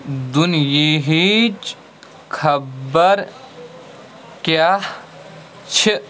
دُنیٖہِچ خبَر کیٛاہ چھِ